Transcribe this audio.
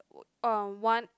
w~ erm one